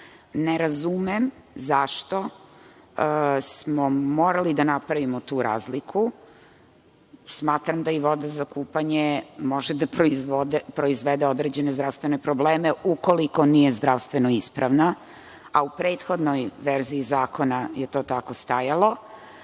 Ne razumem zašto smo morali da napravimo tu razliku. Smatram da i voda za kupanje može da proizvede određene zdravstvene probleme ukoliko nije zdravstveno ispravna, a u prethodnoj verziji zakona je to tako stajalo.